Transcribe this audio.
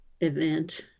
event